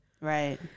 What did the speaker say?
Right